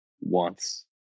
wants